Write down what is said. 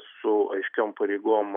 su aiškiom pareigom